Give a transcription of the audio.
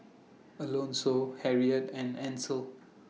Alonso Harriett and Ansel